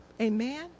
Amen